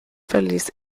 verließ